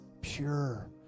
pure